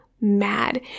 mad